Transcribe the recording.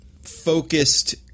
focused